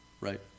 right